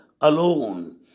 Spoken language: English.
alone